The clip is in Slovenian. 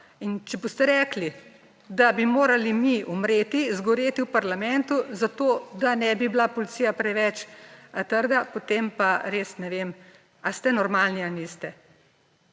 če boste rekli, da bi morali mi umreti, zgoreti v parlamentu, zato da ne bi bila policija preveč trda, potem pa res ne vem, a ste normalni ali niste.